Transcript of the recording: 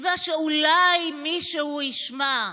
תקווה שאולי מישהו ישמע,